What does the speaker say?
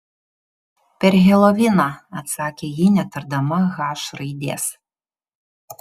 per heloviną atsakė ji netardama h raidės